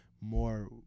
more